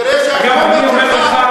שהמשטרה תחקור.